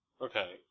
Okay